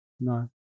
No